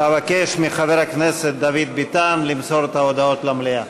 אבקש מחבר הכנסת דוד ביטן למסור את ההודעות למליאה.